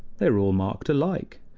they are all marked alike,